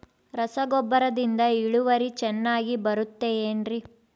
ರಸಗೊಬ್ಬರದಿಂದ ಇಳುವರಿ ಚೆನ್ನಾಗಿ ಬರುತ್ತೆ ಏನ್ರಿ?